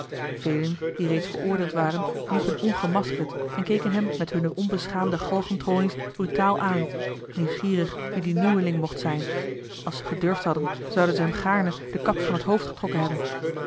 velen die reeds veroordeeld waren liepen ongemaskerd en keken hem met hunne onbeschaamde galgentronies brutaal aan nieuwsgierig wie die nieuweling mocht zijn als ze gedurfd hadden zouden ze hem gaarne de kap van het hoofd getrokken hebben